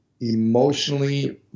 emotionally